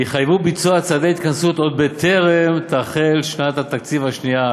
יחייבו ביצוע צעדי התכנסות עוד בטרם תחל שנת התקציב השנייה,